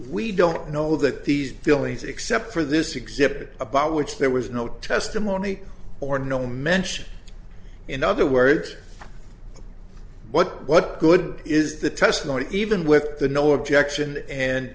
we don't know that these feelings except for this exhibit about which there was no testimony or no mention in other words what good is the testimony even with the no objection and